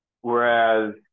Whereas